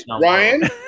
Ryan